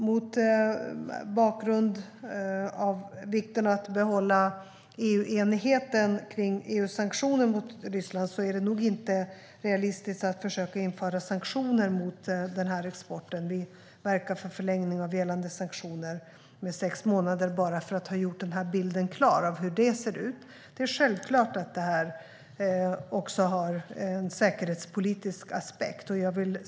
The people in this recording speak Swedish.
Mot bakgrund av att det är viktigt att behålla EU-enigheten om EU:s sanktioner mot Ryssland är det nog inte realistiskt att försöka införa sanktioner mot den här exporten. Vi verkar för förlängning av gällande sanktioner med sex månader. Jag vill bara göra bilden klar av hur det ser ut. Det är självklart att det här också har en säkerhetspolitisk aspekt.